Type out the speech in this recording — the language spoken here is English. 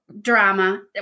drama